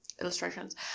illustrations